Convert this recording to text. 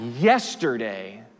yesterday